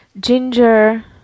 Ginger